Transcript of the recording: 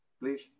please